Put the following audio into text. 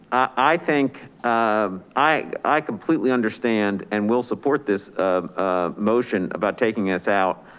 i think um i completely understand and will support this ah motion about taking this out.